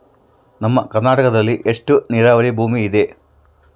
ನಮ್ಮ ಕರ್ನಾಟಕದಲ್ಲಿ ಎಷ್ಟು ನೇರಾವರಿ ಭೂಮಿ ಇದೆ?